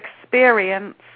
experience